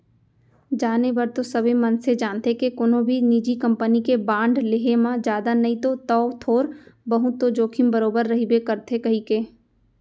जाने बर तो सबे मनसे जानथें के कोनो भी निजी कंपनी के बांड लेहे म जादा नई तौ थोर बहुत तो जोखिम बरोबर रइबे करथे कइके